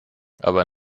aber